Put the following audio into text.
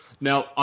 Now